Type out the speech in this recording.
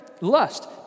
Lust